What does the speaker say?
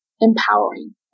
empowering